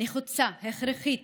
נחוצה, הכרחית,